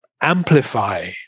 amplify